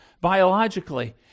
biologically